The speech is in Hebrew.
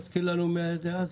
תזכיר לנו מי היה השר דאז.